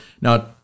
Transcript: now